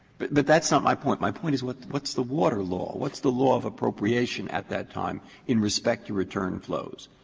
but but that's not my point. my point is what what's the water law? law? what's the law of appropriation at that time in respect to return flows?